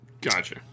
Gotcha